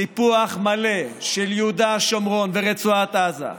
סיפוח מלא של יהודה, שומרון ורצועת עזה,